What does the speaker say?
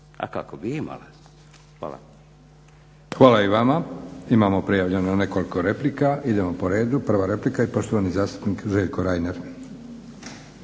A kako bi i imala? Hvala.